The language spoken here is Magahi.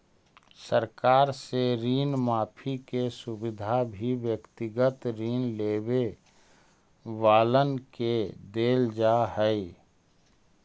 सरकार से ऋण माफी के सुविधा भी व्यक्तिगत ऋण लेवे वालन के देल जा हई